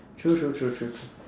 true true true true